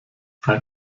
ein